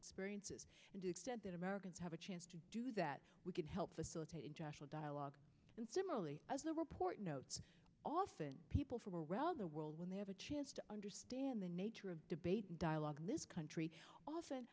experiences that americans have a chance to do that we can help facilitate international dialogue and similarly as the report notes often people from around the world when they have a chance to understand the nature of debate and dialogue miss country often